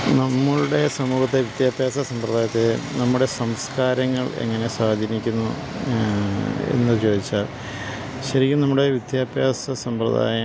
നമ്മളുടെ സമൂഹത്തെ വിദ്യാഭ്യാസ സമ്പ്രദായത്തെ നമ്മുടെ സംസ്കാരങ്ങൾ എങ്ങനെ സ്വാധീനിക്കുന്നു എന്നു ചോദിച്ചാൽ ശരിക്കും നമ്മുടെ വിദ്യാഭ്യാസ സമ്പ്രദായം